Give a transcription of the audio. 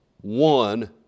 one